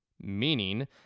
meaning